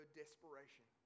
desperation